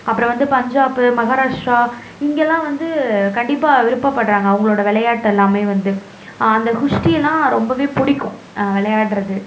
அப்புறம் வந்து பஞ்சாப்பு மஹாராஷ்ட்ரா இங்கெல்லாம் வந்து கண்டிப்பாக விருப்பப்படுகிறாங்க அவங்களோட விளையாட்டெல்லாமே வந்து அந்த குஸ்தியெல்லாம் ரொம்பவே பிடிக்கும் விளையாடுறது